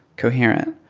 coherent.